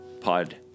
Pod